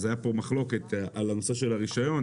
אז הייתה פה מחלוקת על הנושא של הרישיון